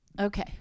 Okay